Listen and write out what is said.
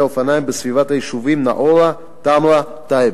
אופניים בסביבת היישובים נעורה תמרה טייבה.